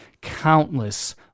countless